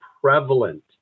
prevalent